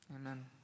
amen